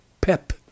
pep